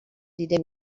دیده